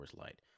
Light